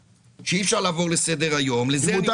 שאי-אפשר לעבור על זה לסדר היום --- אם מותר